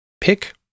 Pick